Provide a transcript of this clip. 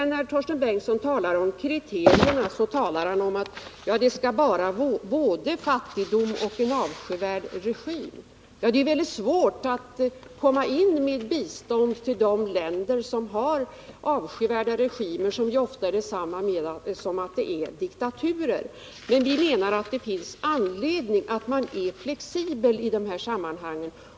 När Torsten Bengtson talade om kriterierna, sade han att det skall vara fråga om både fattigdom och en avskyvärd regim. Det är väldigt svårt att ge bistånd till länder som har avskyvärda regimer, vilket ofta är detsamma som diktaturer. Vi anser att det finns anledning att vara flexibla i dessa sammanhang.